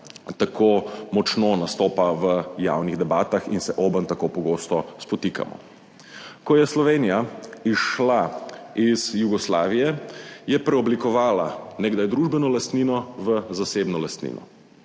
tako močno nastopa v javnih debatah in se obenj tako pogosto spotikamo. Ko je Slovenija izšla iz Jugoslavije, je preoblikovala nekdaj družbeno lastnino v zasebno lastnino,